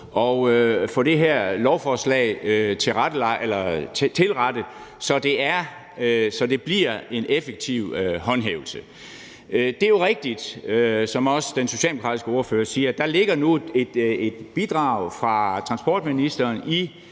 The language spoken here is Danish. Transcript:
at få det her lovforslag tilrettet på, så det bliver en effektiv håndhævelse. Det er jo rigtigt, som også den socialdemokratiske ordfører siger, at der nu ligger et bidrag fra transportministeren i